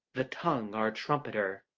the tongue our trumpeter,